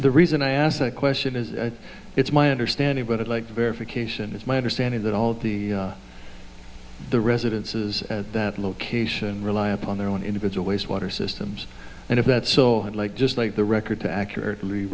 the reason i ask that question is it's my understanding but i'd like verification it's my understanding that all of the the residences at that location rely upon their own individual wastewater systems and if that's so i'd like just like the record to accurately